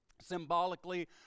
symbolically